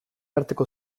arteko